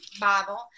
Bible